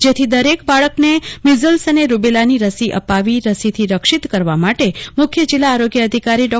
જેથી દરેક બાળકને મિઝલ્સ અને રુબેલાની રસી અપાવી રસીથી રક્ષિત કરવા માટે મુખ્ય જીલ્લા આરોગ્ય અધિકારી ડો